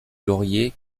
laurier